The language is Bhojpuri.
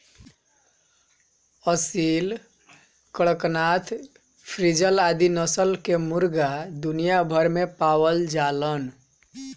असिल, कड़कनाथ, फ्रीजल आदि नस्ल कअ मुर्गा दुनिया भर में पावल जालन